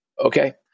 Okay